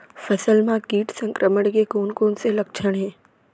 फसल म किट संक्रमण के कोन कोन से लक्षण हे?